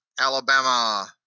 Alabama